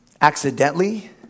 accidentally